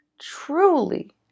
truly